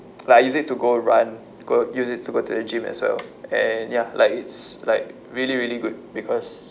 like I use it to go run go use it to go to the gym as well and ya like it's like really really good because